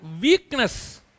weakness